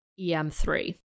EM3